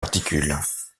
particules